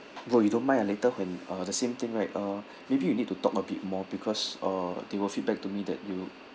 well you don't mind later when uh the same thing right uh maybe you need to talk a bit more because uh they will feedback to me that you